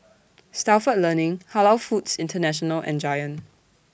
Stalford Learning Halal Foods International and Giant